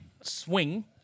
swing